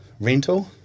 rental